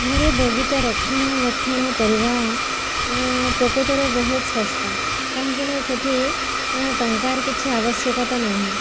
ଘରେ ବଗିଚା ରକ୍ଷଣାବେକ୍ଷଣ କରିବା ପ୍ରକୃତରେ ବହୁତ ଶସ୍ତା କାହିଁକିନା ସେଇଠି ଟଙ୍କାର କିଛି ଆବଶ୍ୟକତା ନାହିଁ